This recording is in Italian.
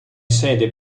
sede